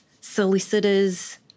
solicitors